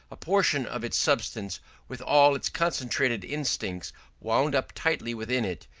a portion of its substance with all its concentrated instincts wound up tightly within it,